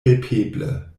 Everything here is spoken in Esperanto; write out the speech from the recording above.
helpeble